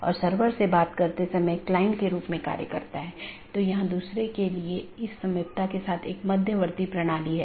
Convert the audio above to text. और EBGP में OSPF इस्तेमाल होता हैजबकि IBGP के लिए OSPF और RIP इस्तेमाल होते हैं